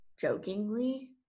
jokingly